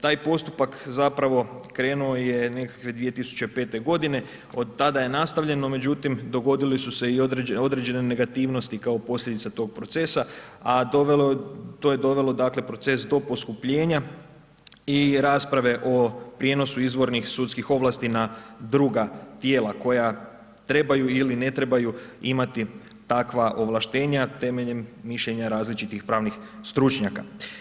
Taj postupak zapravo krenuo je nekakve 2005.g., od tada je nastavljeno, međutim, dogodile su se i određene negativnosti kao posljedica tog procesa, a to je dovelo, dakle, proces do poskupljenja i rasprave o prijenosu izvornih sudskih ovlasti na druga tijela koja trebaju ili ne trebaju imati takva ovlaštenja temeljem mišljenja različitih pravnih stručnjaka.